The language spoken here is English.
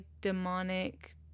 demonic